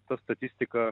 ta statistika